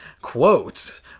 Quote